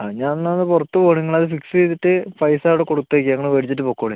ആ ഞാൻ എന്നാൽ ഒന്ന് പുറത്ത് പോണ് നിങ്ങൾ അത് ഫിക്സ് ചെയ്തിട്ട് പൈസ അവിടെ കൊടുത്ത് വെക്കാം നിങ്ങൾ മേടിച്ചിട്ട് പൊക്കോളീൻ